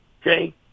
okay